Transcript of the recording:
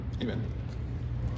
Amen